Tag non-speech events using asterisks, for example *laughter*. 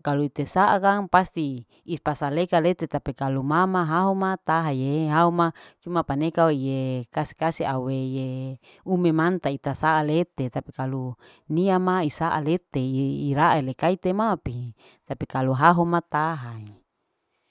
kalu ite saa kang pasti ih pasaleka ite kalu mama haho matahaye haho ma cuma paneka oie kasi. kasi aweye ume manta ita saa lete tapi kalu nia ma saa lete *unintelligible* likai tema pea tapi kalu haho na tahae.